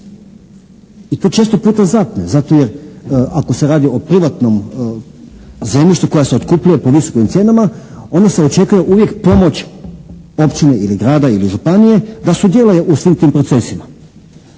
i to često puta zapne zato jer ako se radi o privatnom zemljištu koje se otkupljuje po visokim cijenama onda se očekuje uvijek pomoć općine, grada ili županije da sudjeluje u svim tim procesima.